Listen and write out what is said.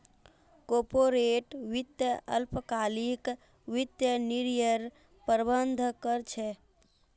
corporate वित्त अल्पकालिक वित्तीय निर्णयर प्रबंधन कर छे